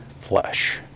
flesh